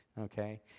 okay